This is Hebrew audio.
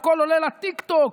והכול עולה לטיקטוק,